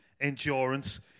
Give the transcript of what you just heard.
endurance